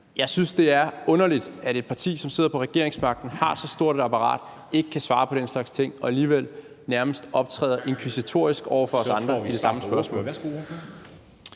Jeg synes, det er underligt, at et parti, som sidder på regeringsmagten og har så stort et apparat bag sig, ikke kan svare på den slags ting – og alligevel optræder nærmest inkvisitorisk over for os andre i det samme spørgsmål.